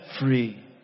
free